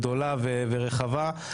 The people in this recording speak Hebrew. גדולה ורחבה.